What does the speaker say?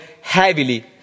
heavily